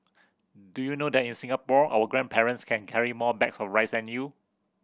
do you know that in Singapore our grandparents can carry more bags of rice than you